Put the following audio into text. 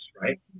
Right